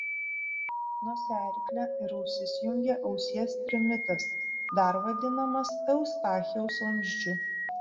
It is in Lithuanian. nosiaryklę ir ausis jungia ausies trimitas dar vadinamas eustachijaus vamzdžiu